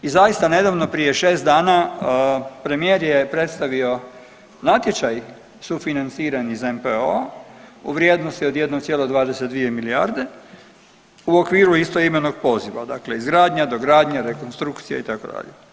I zaista nedavno prije šest dana premijer je predstavio natječaj sufinanciran iz NPOO-a u vrijednosti od 1,22 milijarde u okviru istoimenog poziva, dakle izgradnja, dogradnja, rekonstrukcija itd.